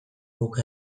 guk